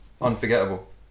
unforgettable